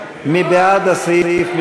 מי בעד הסעיף?